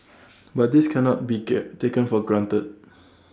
but this cannot be care taken for granted